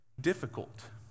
difficult